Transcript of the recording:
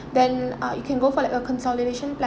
then ah you can go for like a consolidation pla~